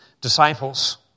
disciples